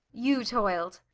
you toiled.